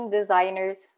Designers